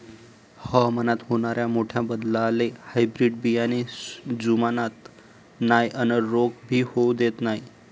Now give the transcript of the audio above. हवामानात होनाऱ्या मोठ्या बदलाले हायब्रीड बियाने जुमानत नाय अन रोग भी होऊ देत नाय